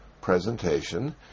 presentation